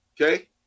okay